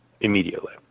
immediately